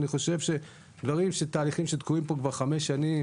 אני חושב שיש פה תהליכים שתקועים פה כבר חמש שנים